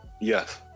Yes